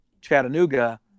Chattanooga